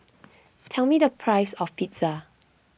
tell me the price of pizza